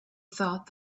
thought